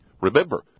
Remember